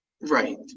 Right